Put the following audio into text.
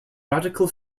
radical